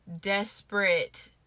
desperate